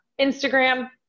Instagram